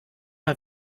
mal